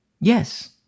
Yes